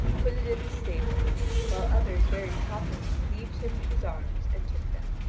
put it in a stable while others very properly relieved him of his arms and took them.